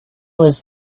was